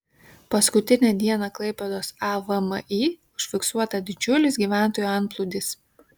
paskutinę dieną klaipėdos avmi užfiksuota didžiulis gyventojų antplūdis